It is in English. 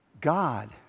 God